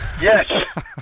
Yes